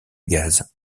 gaz